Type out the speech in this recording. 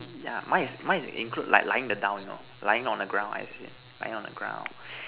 yeah mine is mine is include like lying the down you know lying on the ground I see lying on the ground